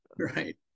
Right